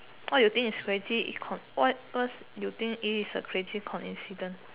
what you think is crazy what what you think it is a crazy coincidence